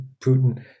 Putin